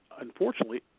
unfortunately